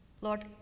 lord